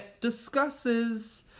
discusses